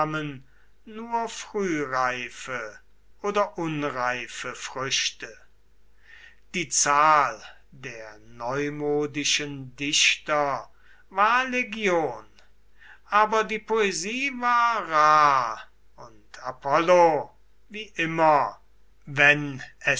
nur frühreife oder unreife früchte die zahl der neumodischen dichter war legion aber die poesie war rar und apollo wie immer wenn